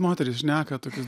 moterys šneka tokius